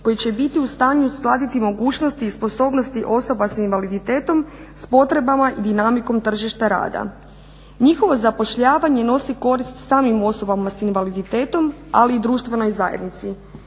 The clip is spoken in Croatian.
koji će biti u stanju uskladiti mogućnosti i sposobnosti osoba sa invaliditetom sa potrebama i dinamikom tržišta rada. Njihovo zapošljavanje nosi korist samim osobama sa invaliditetom ali i društvenoj zajednici.